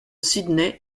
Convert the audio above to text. sydney